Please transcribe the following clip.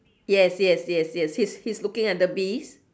yes yes yes yes he's he's looking at the bees